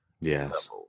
Yes